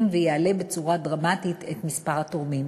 ויעלה בצורה דרמטית את מספר התורמים,